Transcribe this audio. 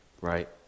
right